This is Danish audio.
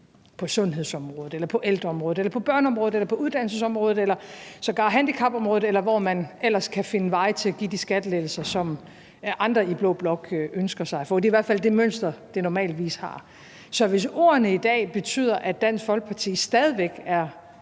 på sundhedsområdet, ældreområdet, børneområdet, uddannelsesområdet eller sågar handicapområdet, eller hvor man ellers kan finde vej til at give de skattelettelser, som andre i blå blok ønsker sig at få. Det er i hvert fald det mønster, det normalvis følger. Så hvis ordene i dag betyder, at Dansk Folkeparti stadig væk er